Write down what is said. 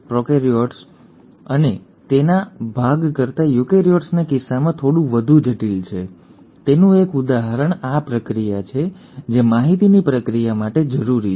prokaryotes અને તેના ભાગ કરતાં યુકેરીયોટ્સના કિસ્સામાં થોડું વધુ જટિલ છે તેનું એક ઉદાહરણ આ પ્રક્રિયા છે જે માહિતીની પ્રક્રિયા માટે જરૂરી છે